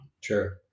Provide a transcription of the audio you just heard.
Sure